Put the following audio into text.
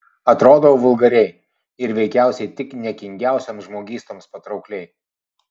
atrodau vulgariai ir veikiausiai tik niekingiausioms žmogystoms patraukliai